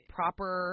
proper